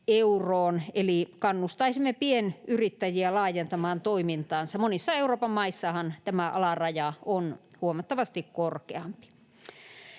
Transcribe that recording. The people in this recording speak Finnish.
eli kannustaisimme pienyrittäjiä laajentamaan toimintaansa. Monissa Euroopan maissahan tämä alaraja on huomattavasti korkeampi.